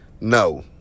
no